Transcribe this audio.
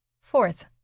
Fourth